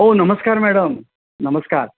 हो नमस्कार मॅडम नमस्कार